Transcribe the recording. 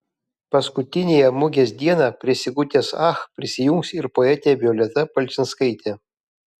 paskutiniąją mugės dieną prie sigutės ach prisijungs ir poetė violeta palčinskaitė